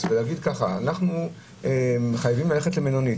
ולהגיד שאנחנו מחייבים ללכת למלונית.